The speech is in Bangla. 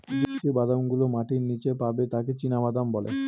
যে বাদাম গুলো মাটির নীচে পাবে তাকে চীনাবাদাম বলে